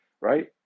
right